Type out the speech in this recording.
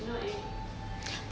you know what I mean